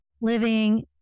living